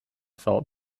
thought